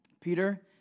Peter